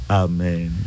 amen